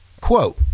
Quote